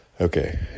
Okay